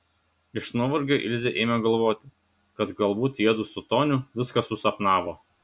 iš nuovargio ilzė ėmė galvoti kad galbūt jiedu su toniu viską susapnavo